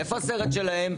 איפה הסרט שלהם?